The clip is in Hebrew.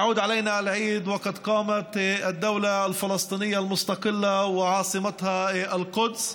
מי ייתן ובמועד זה תקום המדינה הפלסטינית העצמאית ובירתה ירושלים.